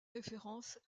référence